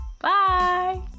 bye